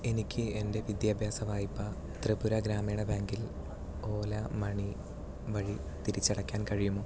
എനിക്ക് എൻ്റെ വിദ്യാഭ്യാസവായ്പ ത്രിപുര ഗ്രാമീണ ബാങ്കിൽ ഓല മണി വഴി തിരിച്ചടയ്ക്കാൻ കഴിയുമോ